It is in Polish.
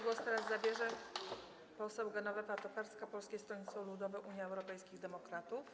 Głos teraz zabierze poseł Genowefa Tokarska, Polskie Stronnictwo Ludowe - Unia Europejskich Demokratów.